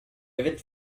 haven’t